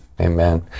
Amen